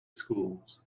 schools